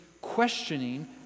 questioning